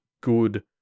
good